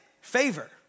Favor